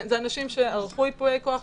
זה אנשים שערכו ייפויי כוח,